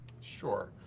Sure